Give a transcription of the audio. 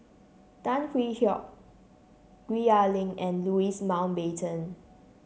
Tan Hwee Hock Gwee Ah Leng and Louis Mountbatten